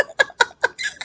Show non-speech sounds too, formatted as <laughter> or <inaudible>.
<laughs>